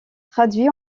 traduit